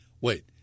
wait